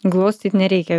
glostyt nereikia